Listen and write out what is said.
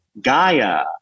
Gaia